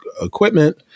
equipment